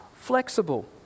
flexible